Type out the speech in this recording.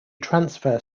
transfer